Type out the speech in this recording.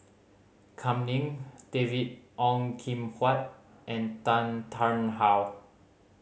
Kam Ning David Ong Kim Huat and Tan Tarn How